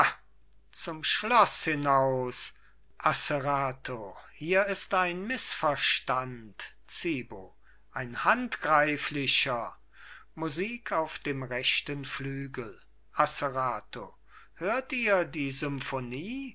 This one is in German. zum schloß hinaus asserato hier ist ein mißverstand zibo ein handgreiflicher musik auf dem rechten flügel asserato hört ihr die